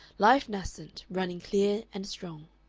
life nascent, running clear and strong.